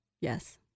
yes